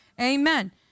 Amen